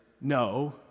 no